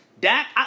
Dak